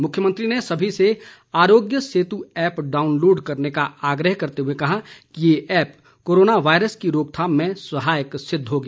मुख्यमंत्री ने सभी से आरोग्य सेतु ऐप डाउनलोड करने का आग्रह करते हए कहा कि ये ऐप कोरोना वायरस की रोकथाम में सहायक सिद्ध होगी